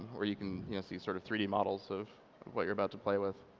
where you can you know see sort of three d models of what you're about to play with.